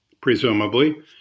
presumably